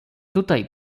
tutaj